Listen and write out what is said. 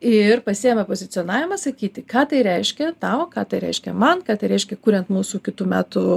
ir pasiėmę pozicionavimą sakyti ką tai reiškia tau ką tai reiškia man ką tai reiškia kuriant mūsų kitų metų